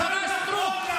לשרה סטרוק.